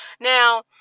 Now